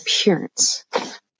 appearance